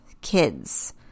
kids